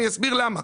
אני אסביר למה.